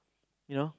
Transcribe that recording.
you know